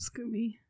Scooby